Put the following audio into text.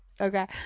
Okay